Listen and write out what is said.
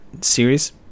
series